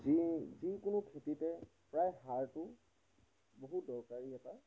যি যিকোনো খেতিতে প্ৰায় সাৰটো বহু দৰকাৰী এটা